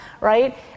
Right